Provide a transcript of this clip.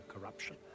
corruption